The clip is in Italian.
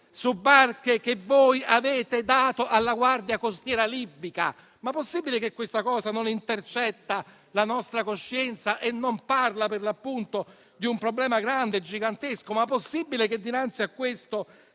su barche che voi avete dato alla Guardia costiera libica? Possibile che questa circostanza non intercetti la nostra coscienza e non parli di un problema grande e gigantesco? È possibile che dinanzi a questo